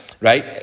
right